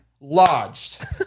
Lodged